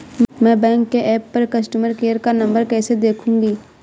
मैं बैंक के ऐप पर कस्टमर केयर का नंबर कैसे देखूंगी?